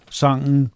sangen